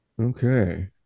okay